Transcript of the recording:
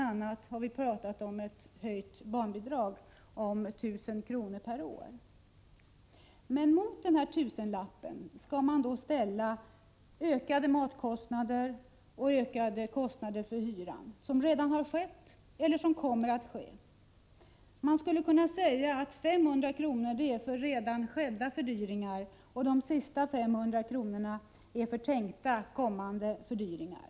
a. har vi talat om en höjning av barnbidraget med 1 000 kr. per år. Men mot denna tusenlapp skall då ställas de ökningar av matkostnaderna och hyreskostnaderna som redan har skett eller som kommer att ske. Man skulle kunna säga att 500 kr. är kompensation för redan skedda fördyringar och de återstående 500 kronorna kompensation för kommande fördyringar.